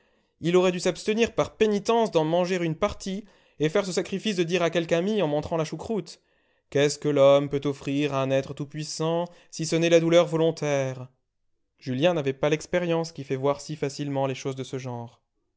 il aurait dû s'abstenir par pénitence d'en manger une partie et faire ce sacrifice de dire à quelque ami en montrant la choucroute qu'est-ce que l'homme peut offrir à un être tout-puissant si ce n'est la douleur volontaire julien n'avait pas l'expérience qui fait voir si facilement les choses de ce genre